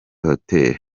hoteli